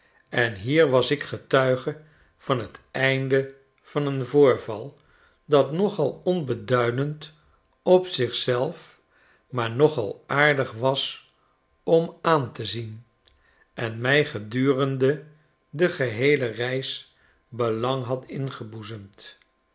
en hier was ik getuige van t einde van een voorval dat nogal onbeduidend op zich zelf maar nogal aardig was om aan te zien en mij gedurende de geheele reis belang had ingeboezemd